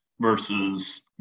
versus